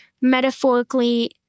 metaphorically